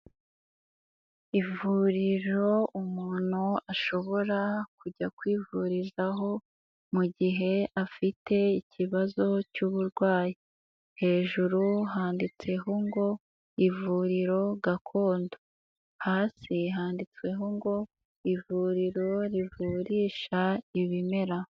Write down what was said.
Ivuriro umuntu ashobora kujya kwivurizaho mu gihe afite ikibazo cy'uburwayi, hejuru handitseho ngo: "Ivuriro gakondo", hasi handitsweho ngo: "Ivuriro rivurisha ibimera."